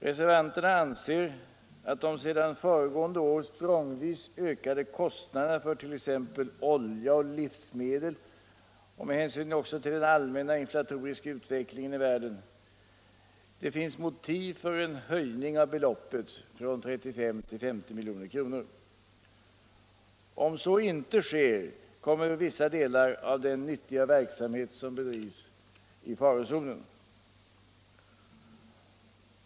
Reservanterna anser att de sedan föregående år språngvis ökade kostnaderna för t.ex. olja och livsmedel och den allmänna inflatoriska utvecklingen motiverar en höjning av beloppet till 50 milj.kr. Om så inte sker kommer vissa delar av den nyttiga verksamhet som nu bedrivs i farozonen.